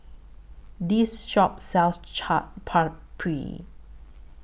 This Shop sells Chaat Papri